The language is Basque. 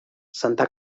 santa